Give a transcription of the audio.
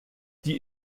die